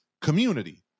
community